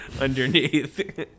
underneath